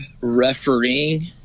refereeing